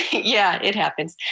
yeah, it happens.